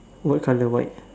what colour white